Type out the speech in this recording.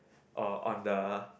or on the